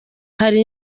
hari